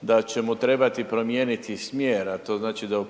Da će mu trebati promijeniti smjer, a to znači da u